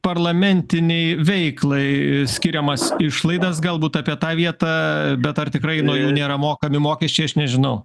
parlamentinei veiklai skiriamas išlaidas galbūt apie tą vietą bet ar tikrai nuo jų nėra mokami mokesčiai aš nežinau